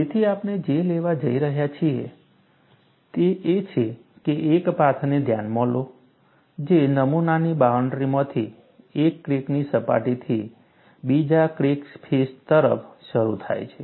તેથી આપણે જે લેવા જઈ રહ્યા છીએ તે એ છે કે એક પાથને ધ્યાનમાં લો જે નમૂનાની બાઉન્ડરીમાંથી એક ક્રેકની સપાટીથી બીજા ક્રેક ફેસ તરફ શરૂ થાય છે